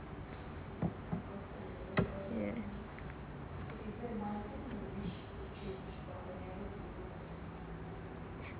yeah